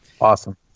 awesome